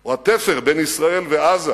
או התפר בין ישראל לעזה.